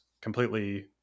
completely